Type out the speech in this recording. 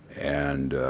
and